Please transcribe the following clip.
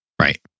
Right